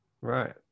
Right